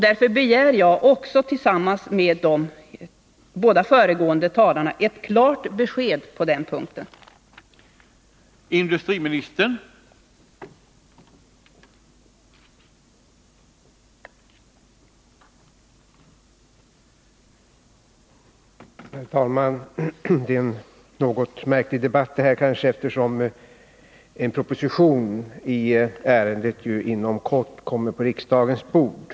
Därför begär Om utvecklingsjag liksom de båda föregående talarna ett klart besked på den punkten. möjligheterna för